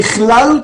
ככלל,